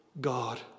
God